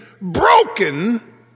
broken